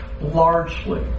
largely